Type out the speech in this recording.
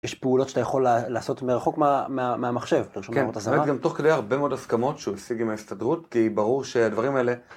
יש פעולות שאתה יכול לעשות מרחוק מהמחשב. כן, זאת אומרת גם תוך כדי הרבה מאוד הסכמות שהוא השיג עם ההסתדרות כי ברור שהדברים האלה...